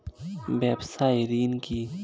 ব্যবসায় ঋণ কি?